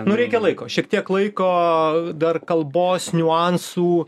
nu reikia laiko šiek tiek laiko dar kalbos niuansų